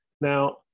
Now